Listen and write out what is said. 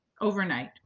Overnight